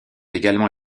également